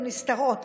הן נסתרות,